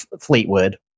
Fleetwood